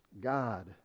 God